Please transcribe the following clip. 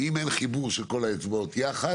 אם אין חיבור של כל האצבעות יחד,